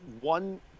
one